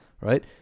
right